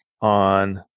on